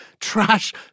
trash